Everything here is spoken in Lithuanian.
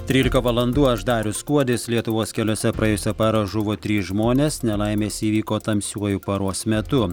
trylika valandų aš darius kuodis lietuvos keliuose praėjusią parą žuvo trys žmonės nelaimės įvyko tamsiuoju paros metu